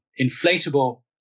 inflatable